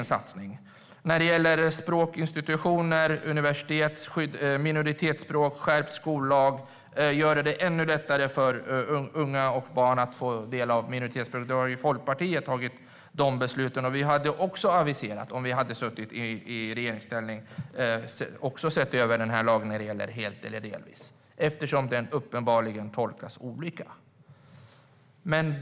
Det var Folkpartiet som fattade besluten om språkinstitutioner, universitet, minoritetsspråk, skärpt skollag och att göra det lättare för unga och barn att få del av minoritetsspråk. Om vi hade suttit i regeringsställning hade vi också aviserat en översyn av lagen när det gäller helt eller delvis, eftersom den uppenbarligen tolkas olika.